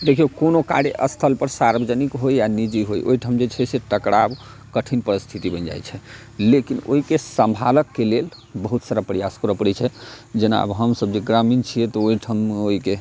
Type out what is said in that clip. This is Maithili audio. देखियौ कोनो कार्य स्थल पर सार्वजनिक होइ या निजी होइ ओहिठाम जे छै से टकराव कठिन परिस्थिति बनि जाइ छै लेकिन ओहिके संभालऽ के लेल बहुत सारा प्रयास करऽ पड़ै छै जेना आब हमसब जे ग्रामीण छियै तऽ ओहिठाम ओहिके